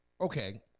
okay